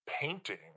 painting